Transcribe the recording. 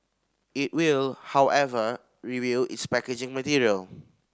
it will however review its packaging material